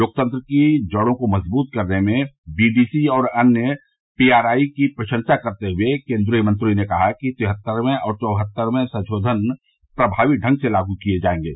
लोकतंत्र की जड़ों को मजबूत करने में बीडीसी और अन्य पीआरआई की प्रशंसा करते हुए केंद्रीय मंत्री ने कहा कि तिहत्तरवे और चौहत्तरवे संशोधन प्रमावी ढ़ंग से लागू किए जाएगे